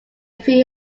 free